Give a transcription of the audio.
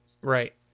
Right